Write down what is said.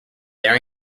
their